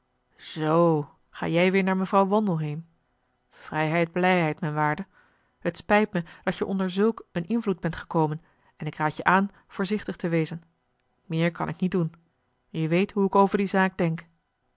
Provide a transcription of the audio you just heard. zoo ga jij weer naar mevrouw wandelheem vrijheid blijheid mijn waarde het spijt mij dat je onder zulk een invloed bent gekomen en ik raad je aan voorzichtig te wezen meer kan ik niet doen je weet hoe ik over die zaak denk